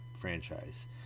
franchise